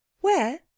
where